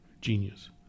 genius